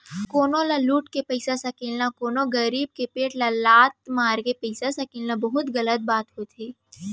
कोनो ल लुट के पइसा सकेलना, कोनो गरीब के पेट ल लात मारके पइसा सकेलना बहुते गलत होथे